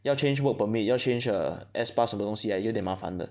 要 change work permit 要 change err S pass 什么东西 ah 有点麻烦的